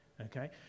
Okay